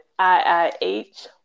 IIH